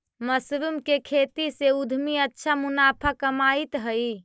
mushroom के खेती से उद्यमी अच्छा मुनाफा कमाइत हइ